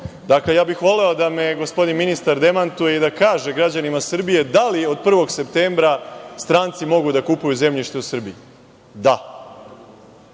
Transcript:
bih da me gospodin ministar demantuje i da kaže građanima Srbije da li od 1. septembra stranci mogu da kupuju zemljište u Srbiji? Da,